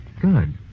Good